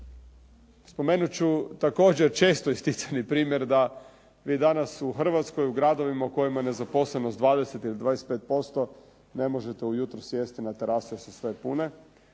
Spomenut ću također često isticani primjer da mi danas u Hrvatskoj u gradovima u kojima je nezaposlenost 20 ili 25% ne možete ujutro sjesti na terase jer su sve pune,